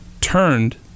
turned